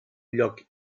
lloc